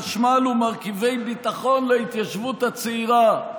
חשמל ומרכיבי ביטחון להתיישבות הצעירה.